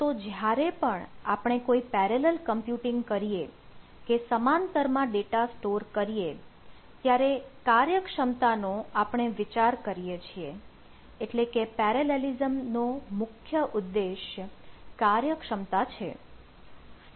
તો જ્યારે પણ આપણે કોઈ પેરેલલ કમ્પ્યુટિંગ કરીએ કે સમાંતર માં ડેટા સ્ટોર કરીએ ત્યારે કાર્યક્ષમતા નો આપણે વિચાર કરીએ છીએ એટલે કે પેરેલેલિસમ નો મુખ્ય ઉદ્દેશ્ય કાર્યક્ષમતા છે